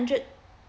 hundred